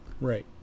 Right